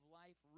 life